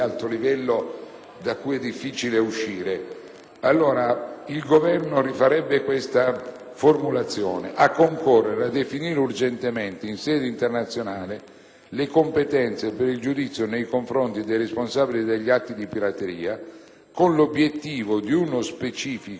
denominata "Atalanta"; a concorrere a definire urgentemente in sede internazionale le competenze per il giudizio nei confronti dei responsabili degli atti di pirateria, con l'obiettivo di individuare uno specifico foro internazionale *ad hoc*.